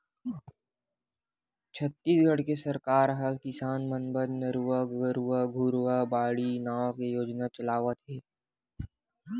छत्तीसगढ़ के सरकार ह किसान मन बर नरूवा, गरूवा, घुरूवा, बाड़ी नांव के योजना चलावत हे